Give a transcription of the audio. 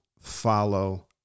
follow